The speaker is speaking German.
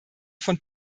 von